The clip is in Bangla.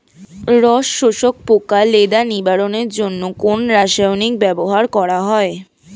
রস শোষক পোকা লেদা নিবারণের জন্য কোন রাসায়নিক ব্যবহার করা হয়?